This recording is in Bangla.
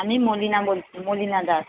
আমি মলিনা বলছি মলিনা দাস